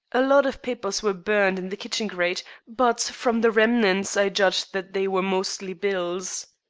a lot of papers were burned in the kitchen grate, but from the remnants i judge that they were mostly bills.